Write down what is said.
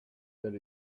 that